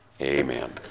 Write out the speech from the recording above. Amen